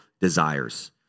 desires